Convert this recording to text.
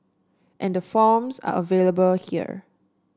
and the forms are available here